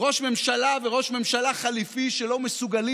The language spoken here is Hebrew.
ראש ממשלה וראש ממשלה חליפי שלא מסוגלים